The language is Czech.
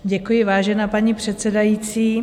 Děkuji, vážená paní předsedající.